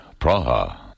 Praha